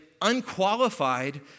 unqualified